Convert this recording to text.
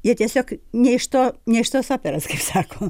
jie tiesiog ne iš to ne iš tos operos kaip sako